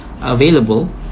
available